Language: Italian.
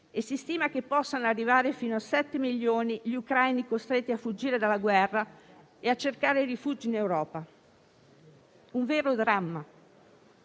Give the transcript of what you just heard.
e si stima che possano arrivare fino a 7 milioni gli ucraini costretti a fuggire dalla guerra e a cercare rifugio in Europa: un vero dramma.